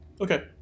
Okay